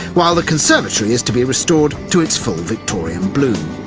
while the conservatory is to be restored to its full victorian bloom,